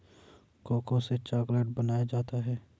cocoa से chocolate बनाया जाता है